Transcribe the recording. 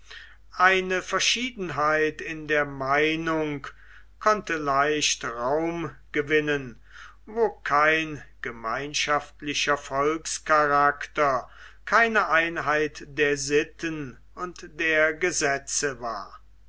eine verschiedenheit in der meinung konnte leicht raum gewinnen wo kein gemeinschaftlicher volkscharakter keine einheit der sitten und der gesetze war